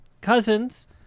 cousins